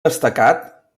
destacat